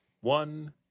One